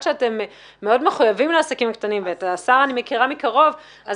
שאתם מאוד מחויבים לעסקים הקטנים ואת השר אני מכירה מקרוב.